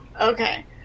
Okay